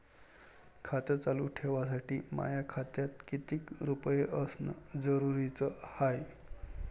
खातं चालू ठेवासाठी माया खात्यात कितीक रुपये असनं जरुरीच हाय?